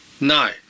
No